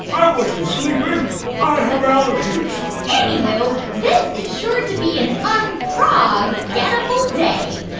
i wasn't sleeping i have allergies anywho, this is sure to be an un-frog-ettable day.